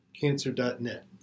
cancer.net